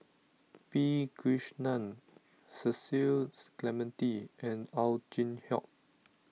P Krishnan Cecil Clementi and Ow Chin Hock